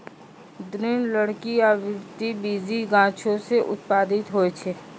दृढ़ लकड़ी आवृति बीजी गाछो सें उत्पादित होय छै?